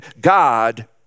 God